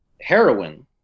heroin